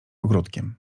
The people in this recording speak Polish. ogródkiem